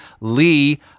Lee